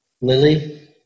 Lily